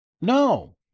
No